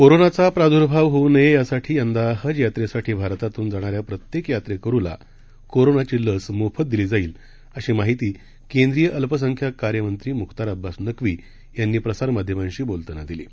कोरोनाचा प्रादुर्भाव होऊ नये यासाठी यंदा हज यात्रेसाठी भारतातून जाणाऱ्या प्रत्येक यात्रेकरूला कोरोनाची लस मोफत देण्यात येईल अशी माहिती केंद्रीय अल्पसंख्यांक कार्य मंत्री म्ख्तार अब्बास नकवी यांनी प्रसार माध्यमांशी बोलताना दिली आहे